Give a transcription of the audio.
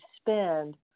spend